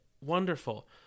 Wonderful